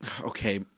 Okay